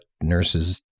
nurses